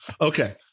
Okay